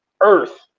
earth